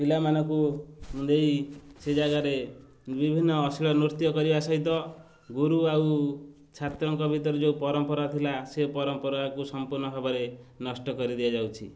ପିଲାମାନଙ୍କୁ ଦେଇ ସେ ଜାଗାରେ ବିଭିନ୍ନ ଅଶୀଳ ନୃତ୍ୟ କରିବା ସହିତ ଗୁରୁ ଆଉ ଛାତ୍ରଙ୍କ ଭିତରେ ଯେଉଁ ପରମ୍ପରା ଥିଲା ସେ ପରମ୍ପରାକୁ ସମ୍ପୂର୍ଣ୍ଣ ଭାବରେ ନଷ୍ଟ କରିଦିଆଯାଉଛି